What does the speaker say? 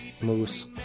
Moose